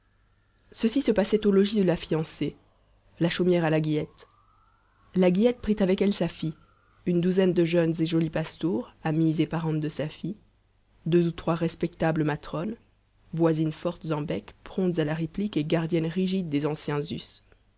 ceci se passait au logis de la fiancée la chaumière à la guillette la guillette prit avec elle sa fille une douzaine de jeunes et jolies pastoures amies et parentes de sa fille deux ou trois respectables matrones voisines fortes en bec promptes à la réplique et gardiennes rigides des anciens us